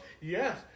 Yes